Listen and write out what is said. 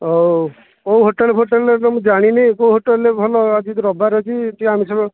ହଉ କେଉଁ ହୋଟେଲ୍ ଫୋଟେଲ୍ ତ ମୁଁ ଜାଣିନି କେଉଁ ହୋଟେଲ୍ ଭଲ ଆଜି ତ ରବିବାର ଅଛି ଟିକେ ଆମିଷ